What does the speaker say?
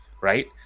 right